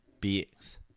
beings